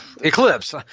Eclipse